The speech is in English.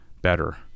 better